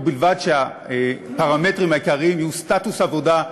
ובלבד שהפרמטרים העיקריים יהיו סטטוס עבודה,